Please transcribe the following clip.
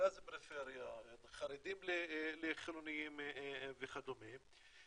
מרכז ופריפריה, חרדים לחילוניים וכדומה.